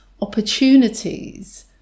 opportunities